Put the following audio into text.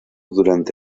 durante